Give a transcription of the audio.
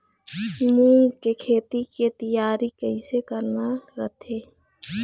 मूंग के खेती के तियारी कइसे करना रथे?